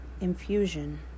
infusion